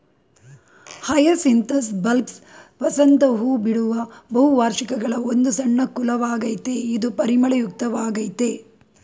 hyacinthus bulbous ವಸಂತ ಹೂಬಿಡುವ ಬಹುವಾರ್ಷಿಕಗಳ ಒಂದು ಸಣ್ಣ ಕುಲವಾಗಯ್ತೆ ಇದು ಪರಿಮಳಯುಕ್ತ ವಾಗಯ್ತೆ